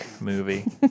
movie